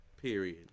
Period